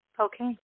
Okay